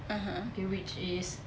(uh huh)